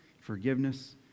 forgiveness